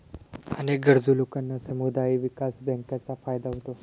अनेक गरजू लोकांना समुदाय विकास बँकांचा फायदा होतो